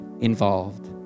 involved